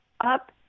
up